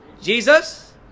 Jesus